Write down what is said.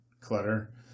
clutter